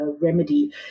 remedy